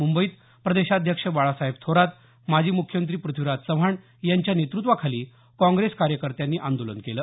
मुंबईत प्रदेशाध्यक्ष बाळासाहेब थोरात माजी मुख्यमंत्री प्रथ्वीराज चव्हाण यांच्या नेतृत्त्वाखाली काँग्रेस कार्यकर्त्यांनी आंदोलन केलं